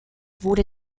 wurde